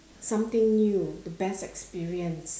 something new the best experience